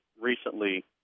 recently